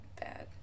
bad